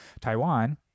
Taiwan